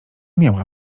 miała